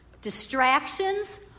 Distractions